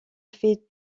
fait